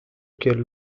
quel